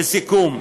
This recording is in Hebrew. לסיכום,